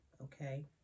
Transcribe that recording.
Okay